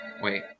Wait